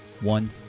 one